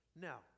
Now